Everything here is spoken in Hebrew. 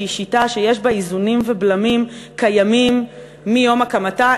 שהיא שיטה שיש בה איזונים ובלמים הקיימים מיום הקמתה.